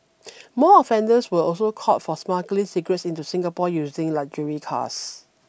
more offenders were also caught for smuggling cigarettes into Singapore using luxury cars